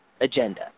agenda